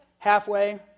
Halfway